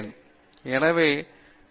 பேராசிரியர் பிரதாப் ஹரிதாஸ்